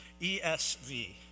ESV